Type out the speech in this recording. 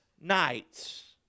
nights